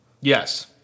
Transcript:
Yes